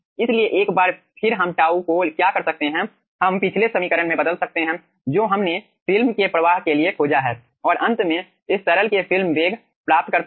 इसलिए एक बार फिर हम τ को क्या कर सकते हैं हम पिछले समीकरण से बदल सकते हैं जो हमने फिल्म के प्रवाह के लिए खोजा है और अंत में इस तरह से फिल्म वेग प्राप्त करते हैं